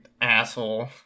asshole